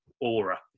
aura